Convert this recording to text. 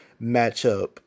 matchup